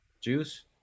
Juice